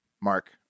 Mark